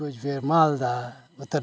Cooch Behar Malda Uttar